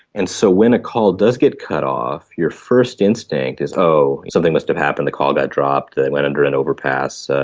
and so when a call does get cut off, your first instinct is, oh, something must have happened, the call got dropped, they went under an overpass,